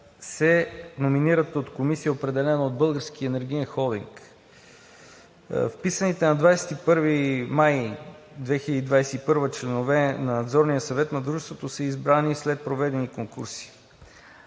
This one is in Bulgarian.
се номинират от комисия, определена от Българския енергиен холдинг. Вписаните на 21 май 2021 г. членове на Надзорния съвет на Дружеството са избрани след проведени конкурси.